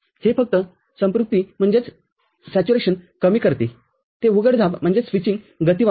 हे फक्त संतृप्ति कमी करते जे उघडझाप गती वाढवते